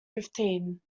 fifteen